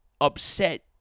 upset